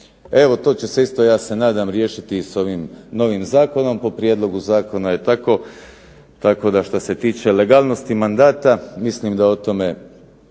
Evo to će se isto ja se nadam riješiti s ovim novim zakonom. Po prijedlogu zakona je tako, tako da što se tiče legalnosti mandata mislim da o tome